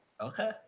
Okay